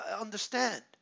understand